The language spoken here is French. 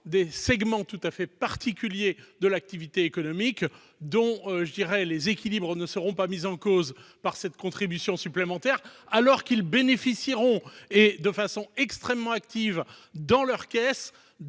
des segments tout à fait particuliers de l'activité économique, dont les équilibres ne seront pas mis en cause par cette contribution supplémentaire et qui, en outre, bénéficieront, et de façon extrêmement active, de la croissance